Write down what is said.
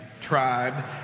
tribe